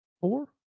four